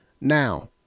Now